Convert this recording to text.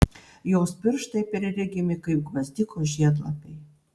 jos pirštai perregimi kaip gvazdiko žiedlapiai